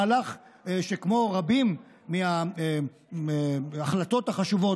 מהלך שכמו רבות מההחלטות החשובות,